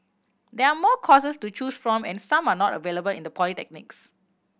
there are more courses to choose from and some are not available in the polytechnics